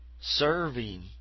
serving